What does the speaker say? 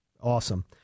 Awesome